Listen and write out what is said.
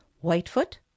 whitefoot